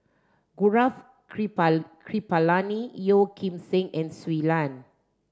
Gaurav Kripalani Yeo Kim Seng and Shui Lan